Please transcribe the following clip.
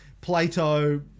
Plato